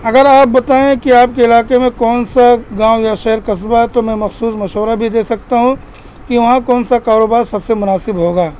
اگر آپ بتائیں کہ آپ کے علاقے میں کون سا گاؤں یا شہر قصبہ ہے تو میں مخصوص مشورہ بھی دے سکتا ہوں کہ وہاں کون سا کاروبار سب سے مناسب ہوگا